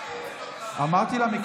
אבל הם פונים